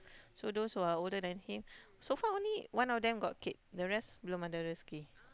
so those who are older than him so far only one of them got kid the rest belum ada rezeki